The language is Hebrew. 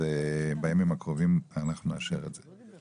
ואנחנו נאשר את זה בימים הקרובים.